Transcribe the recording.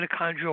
mitochondrial